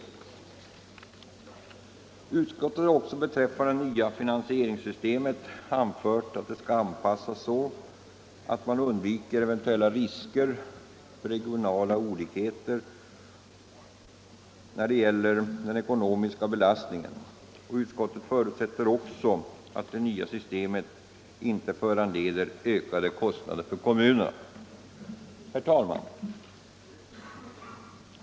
Utskottet har beträffande det nya finansieringssystemet anfört att det skall anpassas så att man undviker eventuella risker för regionala olikheter när det gäller den ekonomiska belastningen. Utskottet förutsätter också att det nya systemet inte föranleder ökade kostnader för kommunerna. Herr talman!